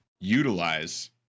utilize